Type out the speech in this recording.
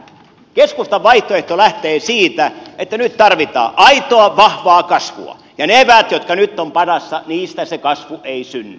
keskustan vaihtoehto lähtee siitä että nyt tarvitaan aitoa vahvaa kasvua ja niistä eväistä jotka nyt ovat padassa se kasvu ei synny